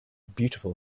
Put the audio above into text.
beautiful